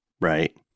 right